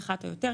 אחת או יותר,